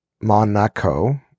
Monaco